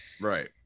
Right